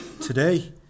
Today